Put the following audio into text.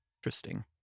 Interesting